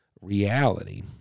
reality